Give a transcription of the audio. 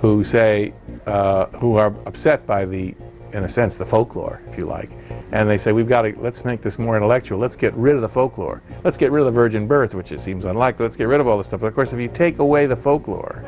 who say who are upset by the in a sense the folklore if you like and they say we've got it let's make this more intellectual let's get rid of the folklore let's get rid of virgin birth which is seems unlikely to get rid of all the stuff of course if you take away the folklore